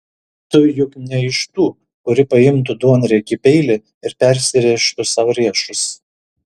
tu juk ne iš tų kuri paimtų duonriekį peilį ir persirėžtų sau riešus